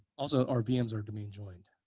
also, our vms are domain joined.